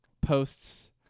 posts